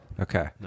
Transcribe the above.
Okay